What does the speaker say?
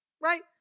right